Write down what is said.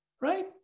right